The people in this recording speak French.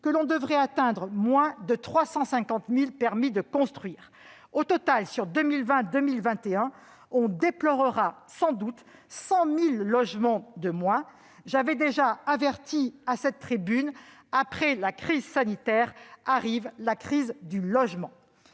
que l'on devrait atteindre moins de 350 000 permis de construire. Au total, sur 2020-2021, on déplorera sans doute 100 000 constructions de logements de moins. J'avais déjà averti à cette tribune : après la crise sanitaire arrive la crise du logement.